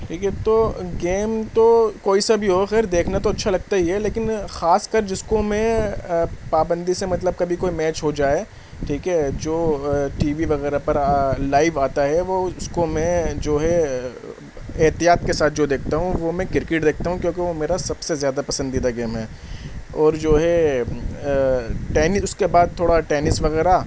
ٹھیک ہے تو گیم تو کوئی سا بھی ہو خیر دیکھنا تو اچھا لگتا ہی ہے لیکن خاص کر جس کو میں پابندی سے مطلب کبھی کوئی میچ ہو جائے ٹھیک ہے جو ٹی وی وغیرہ پر لائیو آتا ہے وہ اس کو میں جو ہے احتیاط کے ساتھ جو دیکھتا ہوں وہ میں کرکٹ دیکھتا ہوں کیونکہ وہ میرا سب سے زیادہ پسندیدہ گیم ہیں اور جو ہے اس کے بعد تھوڑا ٹینس وغیرہ